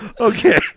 Okay